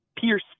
Pierce